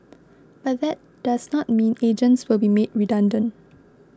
but that does not mean agents will be made redundant